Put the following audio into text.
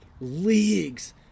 leagues